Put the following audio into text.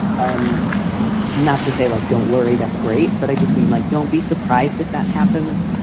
and not to say like, don't worry, that's great. but i just mean like, don't be surprised if that happens.